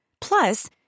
Plus